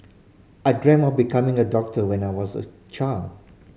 I dream of becoming a doctor when I was a child